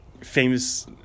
famous